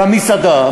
במסעדה,